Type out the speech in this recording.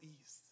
East